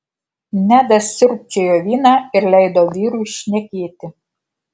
nedas siurbčiojo vyną ir leido vyrui šnekėti